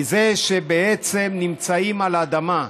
שבעצם נמצאים על אדמה,